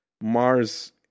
Mars